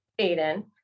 Aiden